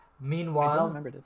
meanwhile